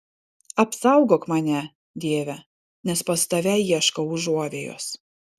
apsaugok mane dieve nes pas tave ieškau užuovėjos